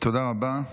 תודה רבה.